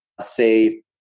say